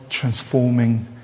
transforming